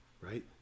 right